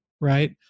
Right